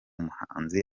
muhanzi